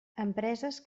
empreses